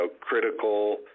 critical